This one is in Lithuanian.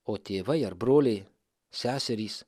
o tėvai ar broliai seserys